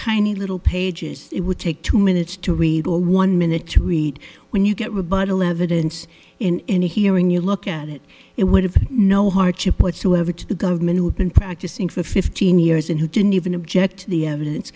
tiny little pages it would take two minutes to read all one minute to read when you get rebuttal evidence in any hearing you look at it it would have no hardship whatsoever to the government who have been practicing for fifteen years and who didn't even object the evidence